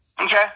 Okay